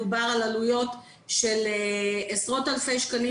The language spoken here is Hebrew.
מדובר על עלויות של עשרות אלפי שקלים